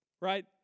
right